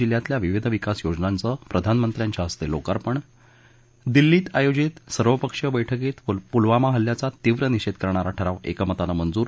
जिल्ह्यातल्या विविध विकास योजनांचं प्रधानमंत्र्यांच्या हस्ते लोकापर्ण दिल्लीत आयोजित सर्वपक्षीय बैठकीत प्लवामा हल्ल्याचा तीव्र निषेध करणारा ठराव एकमतानं मंजूर